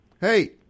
Hey